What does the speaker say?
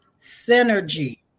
synergy